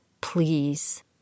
please